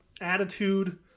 attitude